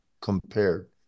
compared